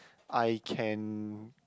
I can